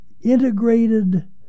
integrated